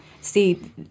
see